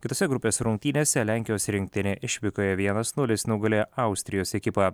kitose grupės rungtynėse lenkijos rinktinė išvykoje vienas nulis nugalėjo austrijos ekipą